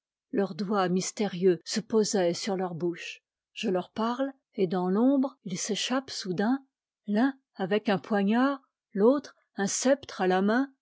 leur doigt mystérieux se posait sur leur bouche je leur parle et dans l'ombre ils s'échappent soudain l'un avec un poignard l'autre un sceptre à la main